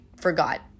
forgot